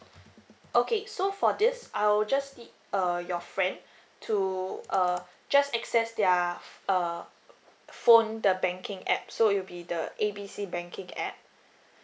okay so for this I'll just need err your friend to err just access their uh phone the banking app so it'll be the A B C banking app